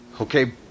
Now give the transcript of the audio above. okay